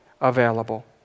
Available